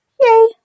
Yay